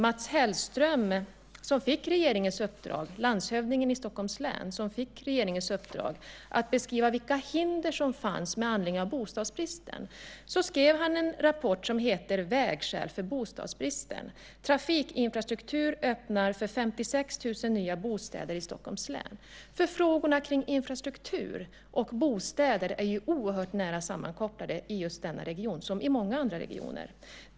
Mats Hellström, landshövdingen i Stockholms län, fick regeringens uppdrag att beskriva vilka hinder som fanns med anledning av bostadsbristen, och han sammanställde då rapporten Vägskäl för bostadsbristen - trafikinfrastruktur öppnar för 56 000 nya bostäder i Stockholms län . Frågorna kring infrastruktur och bostäder är ju oerhört nära sammankopplade i denna region, liksom i många andra regioner.